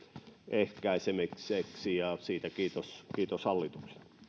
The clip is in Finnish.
ehkäisemiseksi ja siitä kiitos kiitos hallitukselle